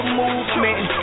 movement